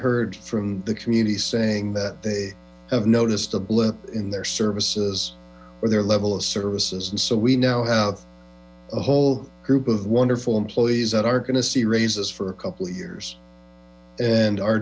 heard from the community saying that they have noticed a blip in their services or their level of services and so we now have a whole group of wonderful employees that aren't going to see raises for a couple of years and are